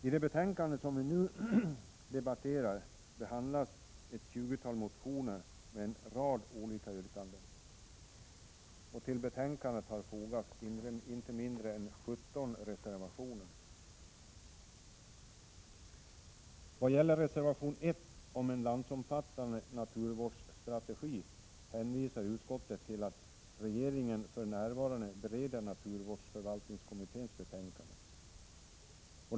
I det betänkande som vi nu debatterar, behandlas ett tjugotal motioner med en rad olika yrkanden. Till betänkandet har fogats inte mindre än 17 reservationer. Vad gäller reservation nr 1 om en landsomfattande naturvårdsstrategi hänvisar utskottet till att regeringen för närvarande bereder naturvårdsförvaltningskommitténs betänkande.